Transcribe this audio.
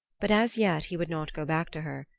but as yet he would not go back to her,